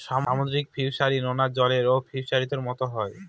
সামুদ্রিক ফিসারী, নোনা জলের ফিসারির মতো হয়